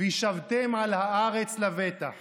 וישבתם לבטח